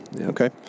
Okay